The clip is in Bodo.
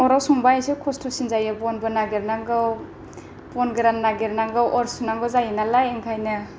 अरआव संबा एसे खस्थसिन जायो बनबो नागेरनांगौ बन गोरान नागेरनांगौ अर सुनांगौ जायो नालाय ओंखायनो